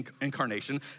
incarnation